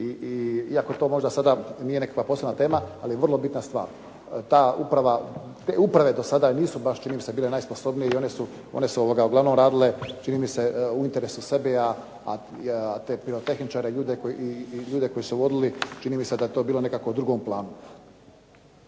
Iako to možda sada nije nekakva posebna tema, ali je vrlo bitna stvar, te uprave do sada nisu baš čini mi se bile najsposobnije i one su uglavnom radile čini mi se u interesu sebe, a te pirotehničare i ljude koji su vodili čini mi se da je to bilo nekako u drugom planu.